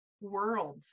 world